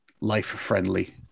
life-friendly